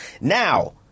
now